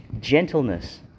gentleness